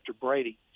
Brady